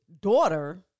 daughter